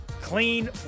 clean